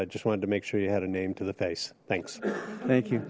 i just wanted to make sure you had a name to the face thanks thank you